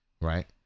Right